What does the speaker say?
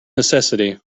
necessity